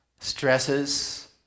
stresses